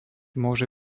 môže